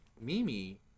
Mimi